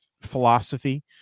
philosophy